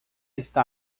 está